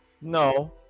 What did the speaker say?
No